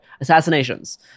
assassinations